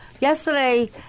Yesterday